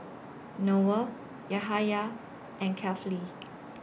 Noah Yahaya and Kefli